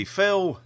Phil